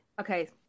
Okay